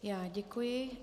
Já děkuji.